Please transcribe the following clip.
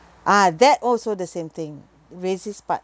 ah that also the same thing racist part